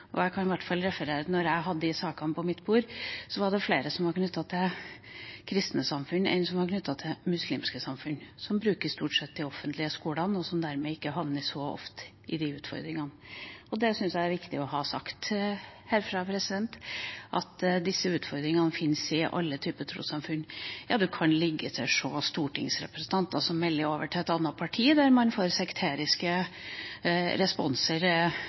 og jeg kan i hvert fall referere til at da jeg hadde de sakene på mitt bord, var det flere som var knyttet til kristne samfunn enn som var knyttet til muslimske samfunn, som stort sett bruker de offentlige skolene, og dermed ikke havner så ofte i de utfordringene. Det syns jeg er viktig å ha sagt herfra, at disse utfordringene finnes i alle typer trossamfunn – ja, man kan liketil se stortingsrepresentanter som melder overgang til et annet parti, der man får sekteriske responser